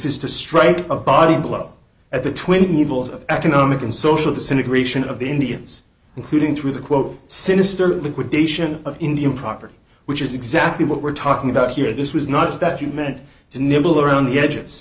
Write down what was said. is to strike a body blow at the twin evils of economic and social situation of the indians including through the quote sinister liquidation of indian property which is exactly what we're talking about here this was not just that you meant to nibble around the edges